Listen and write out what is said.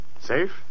Safe